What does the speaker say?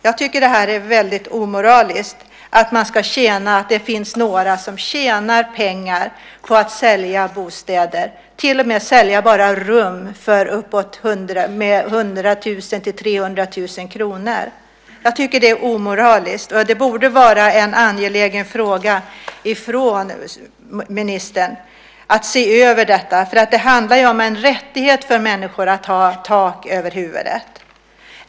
Jag tycker att det är väldigt omoraliskt att det finns några som tjänar pengar på att sälja bostäder och till och med sälja bara rum för uppemot 100 000-300 000 kr. Jag tycker att det är omoraliskt. Det borde vara en angelägen fråga för ministern att se över detta. Det handlar om en rättighet för människor att ha tak över huvudet.